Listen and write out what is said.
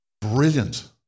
Brilliant